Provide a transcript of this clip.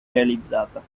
realizzata